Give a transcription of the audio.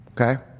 Okay